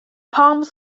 palms